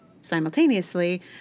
Simultaneously